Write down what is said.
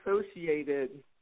associated